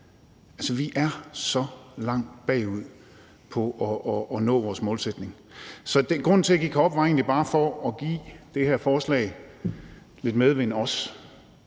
vi er så langt bagud i forhold til at nå vores målsætning. Så grunden til, at jeg gik herop, var egentlig bare også at give det her forslag lidt medvind.